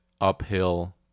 uphill